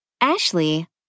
Ashley